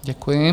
Děkuji.